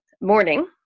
morning